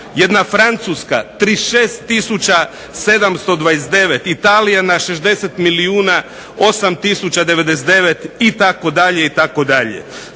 Jedna Francuska 36729. Italija na 60 milijuna 8 tisuća 99 itd. itd.